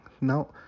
now